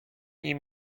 nie